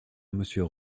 monsieur